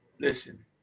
Listen